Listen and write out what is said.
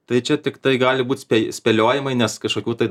tai čia tiktai gali būt spėj spėliojimai nes kažkokių tai